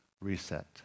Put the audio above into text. reset